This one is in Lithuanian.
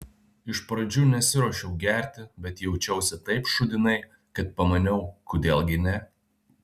iš pradžių nesiruošiau gerti bet jaučiausi taip šūdinai kad pamaniau kodėl gi ne